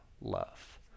love